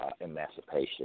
emancipation